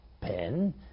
pen